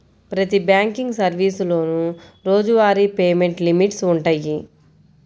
ప్రతి బ్యాంకింగ్ సర్వీసులోనూ రోజువారీ పేమెంట్ లిమిట్స్ వుంటయ్యి